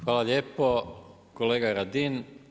Hvala lijepo, kolega Radin.